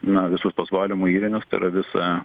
na visus tuos valymo įrenius tai yra visą